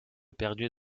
perdu